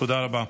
תודה רבה.